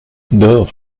dors